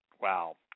Wow